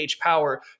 power